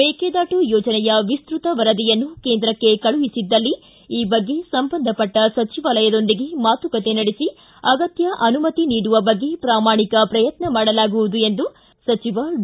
ಮೇಕೆದಾಟು ಯೋಜನೆಯ ವಿಸ್ತೃತ ವರದಿಯನ್ನು ಕೇಂದ್ರಕ್ಕ ಕಳುಹಿಸಿದ್ದಲ್ಲಿ ಈ ಬಗ್ಗೆ ಸಂಬಂಧಪಟ್ಟ ಸಚಿವಾಲಯದೊಂದಿಗೆ ಮಾತುಕತೆ ನಡೆಸಿ ಅಗತ್ಯ ಅನುಮತಿ ನೀಡುವ ಬಗ್ಗೆ ಪ್ರಾಮಾಣಿಕ ಪ್ರಯತ್ನ ಮಾಡಲಾಗುವುದು ಎಂದು ಸಚಿವ ಡಿ